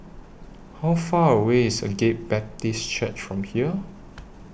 How Far away IS Agape Baptist Church from here